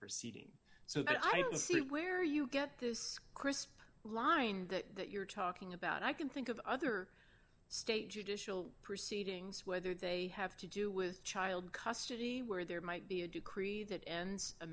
proceeding so i don't see where you get this crisp line that that you're talking about i can think of other state judicial proceedings whether they have to do with child custody where there might be a decree that ends a